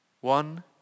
one